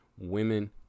women